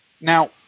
Now